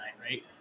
Right